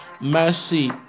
mercy